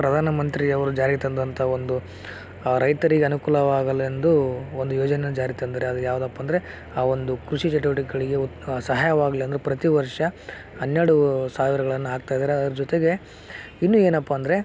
ಪ್ರಧಾನ ಮಂತ್ರಿಯವರು ಜಾರಿಗೆ ತಂದಂತ ಒಂದು ರೈತರಿಗನುಕೂಲವಾಗಲೆಂದು ಒಂದ ಯೋಜನೆಯನ್ನು ಜಾರಿಗೆ ತಂರು ಅದದು ಯಾವುದಪ್ಪ ಅಂದರೆ ಆ ಒಂದು ಕೃಷಿ ಚಟುವಟಿಕೆಗಳಿಗೆ ಉ ಸಹಾಯವಾಗಲೆಂದು ಪ್ರತಿ ವರ್ಷ ಹನ್ನೆರಡು ಸಾವಿರಗಳನ್ನು ಹಾಕ್ತಾಯಿದಾರೆ ಅದ್ರ ಜೊತೆಗೆ ಇನ್ನು ಏನಪ್ಪ ಅಂದರೆ